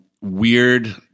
weird